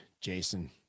Jason